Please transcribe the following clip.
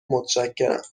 متشکرم